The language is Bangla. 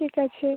ঠিক আছে